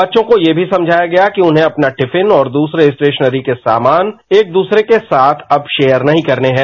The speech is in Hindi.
बच्चों को यह भी समझाया गया कि उन्हें अपना टिफिन और दूसरे स्टेशनरी के सामान एक दूसरे के साथ अब शेयर नहीं करने हैं